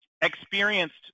experienced